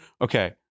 okay